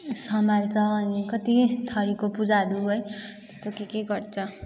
समहाल्छ अनि कति थरीको पूजाहरू है त्यस्तो के के गर्छ